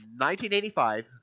1985